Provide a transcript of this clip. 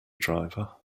driver